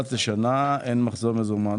מומלץ לשנה, אין מחזור מזומן.